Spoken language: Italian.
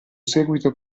seguito